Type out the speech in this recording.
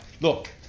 Look